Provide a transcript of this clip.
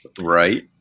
right